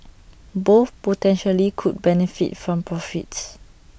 both potentially could benefit from profits